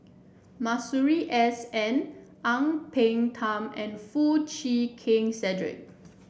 Masuri S N Ang Peng Tiam and Foo Chee Keng Cedric